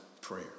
prayer